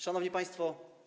Szanowni Państwo!